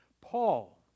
Paul